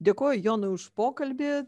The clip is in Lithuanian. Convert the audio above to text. dėkoju jonui už pokalbį